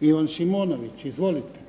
Ivan Šimonović. Izvolite.